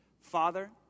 Father